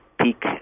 peak